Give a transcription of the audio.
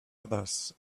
others